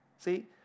See